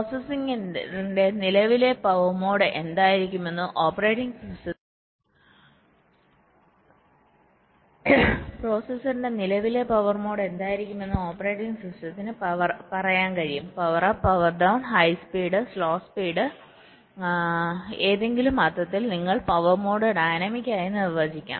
പ്രോസസ്സറിന്റെ നിലവിലെ power mode എന്തായിരിക്കുമെന്ന് operating സിസ്റ്റത്തിന് പറയാൻ കഴിയും power up power down high speed slow speed power up power down high speed slow speedഏതെങ്കിലും അർത്ഥത്തിൽ നിങ്ങൾക്ക് പവർ മോഡ് ഡൈനാമിക് ആയി നിർവചിക്കാം